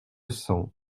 cents